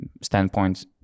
standpoint